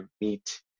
meet